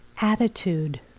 attitude